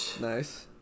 Nice